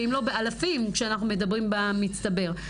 אם לא באלפים כשאנחנו מדברים במצטבר.